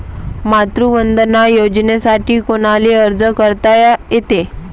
मातृवंदना योजनेसाठी कोनाले अर्ज करता येते?